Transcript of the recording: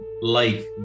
life